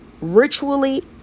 Ritually